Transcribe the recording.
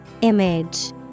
Image